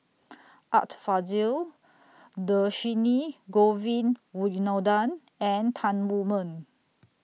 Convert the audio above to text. Art Fazil Dhershini Govin Winodan and Tan Wu Meng